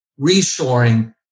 reshoring